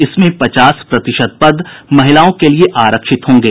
इसमें पचास प्रतिशत पद महिलाओं के लिये आरक्षित होंगे